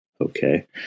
Okay